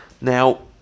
Now